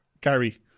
Gary